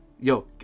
Yo